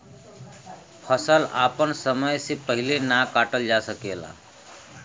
फसल आपन समय से पहिले ना काटल जा सकेला